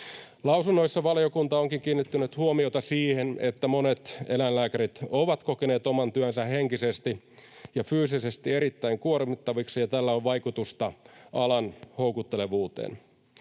Lausunnoissa valiokunta onkin kiinnittänyt huomiota siihen, että monet eläinlääkärit ovat kokeneet oman työnsä henkisesti ja fyysisesti erittäin kuormittaviksi, ja tällä on vaikutusta alan houkuttelevuuteen.